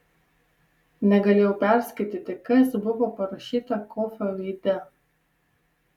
negalėjau perskaityti kas buvo parašyta kofio veide